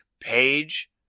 page